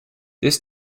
this